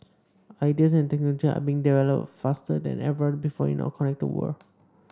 ideas and technology are being developed faster than ever before in our connected world